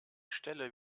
stelle